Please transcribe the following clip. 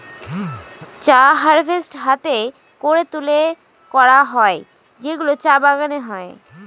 চা হারভেস্ট হাতে করে তুলে করা হয় যেগুলো চা বাগানে হয়